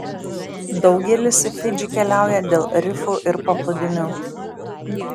daugelis į fidžį keliauja dėl rifų ir paplūdimių